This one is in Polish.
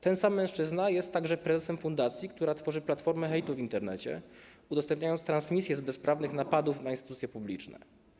Ten sam mężczyzna jest także prezesem fundacji, która tworzy platformę hejtu w Internecie, udostępniając transmisję z bezprawnych napadów na instytucje publiczne.